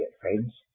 friends